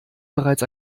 bereits